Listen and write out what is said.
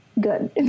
good